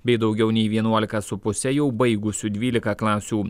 bei daugiau nei vienuolika su puse jau baigusių dvylika klasių